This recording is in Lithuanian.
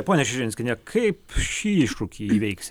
ponia širinskiene kaip šį iššūkį įveiks